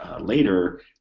later